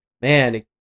man